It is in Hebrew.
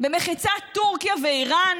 במחיצת טורקיה ואיראן